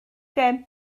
gem